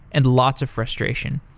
and lots of frustration.